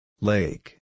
Lake